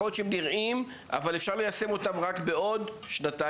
יכול להיות שהם הגיוניים אבל אפשר ליישם אותם רק בעוד שנתיים,